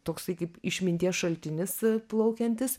toksai kaip išminties šaltinis plaukiantis